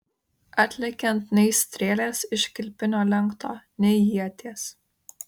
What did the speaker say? atlekiant nei strėlės iš kilpinio lenkto nei ieties